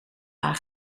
haar